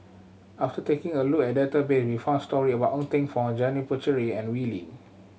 after taking a look at the database we found story about Ng Teng Fong Janil Puthucheary and Wee Lin